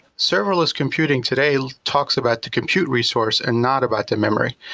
serverless computing today talks about the compute resource and not about the memory.